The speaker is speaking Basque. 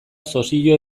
sozio